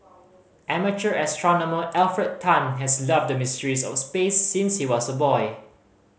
amateur astronomer Alfred Tan has loved the mysteries of space since he was a boy